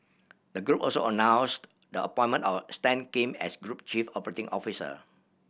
the group also announced the appointment of Stan Kim as group chief operating officer